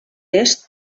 est